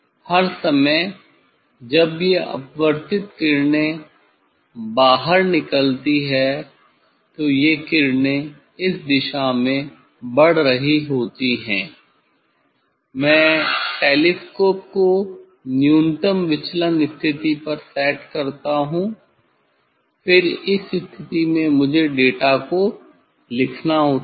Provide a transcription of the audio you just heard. हर समय जब ये अपवर्तित किरणें बाहर निकलती हैं तो ये किरणें इस दिशा में बढ़ रही होती हैं मैं टेलीस्कोप को न्यूनतम विचलन स्थिति पर सेट करता हूं फिर इस स्थिति में मुझे डेटा को नोट करना लिखना होता है